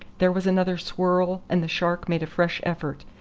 there was another swirl and the shark made a fresh effort,